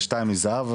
שתיים מזהב,